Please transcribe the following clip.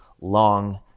long